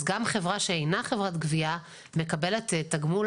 אז גם חברה שאינה חברת גבייה מקבלת תגמול